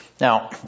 Now